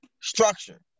structure